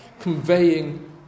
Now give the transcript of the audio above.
conveying